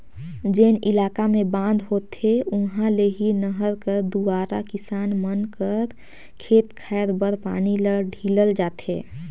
जेन इलाका मे बांध होथे उहा ले ही नहर कर दुवारा किसान मन कर खेत खाएर बर पानी ल ढीलल जाथे